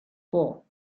thought